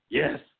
yes